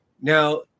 Now